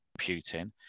Putin